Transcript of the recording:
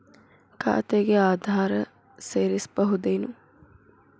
ಖಾತೆಗೆ ಆಧಾರ್ ಸೇರಿಸಬಹುದೇನೂ?